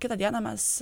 kitą dieną mes